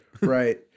right